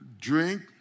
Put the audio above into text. drink